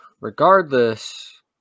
Regardless